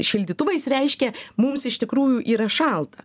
šildytuvais reiškia mums iš tikrųjų yra šalta